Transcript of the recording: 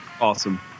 Awesome